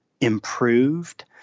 improved